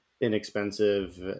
inexpensive